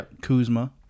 Kuzma